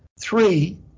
three